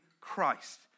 Christ